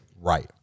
Right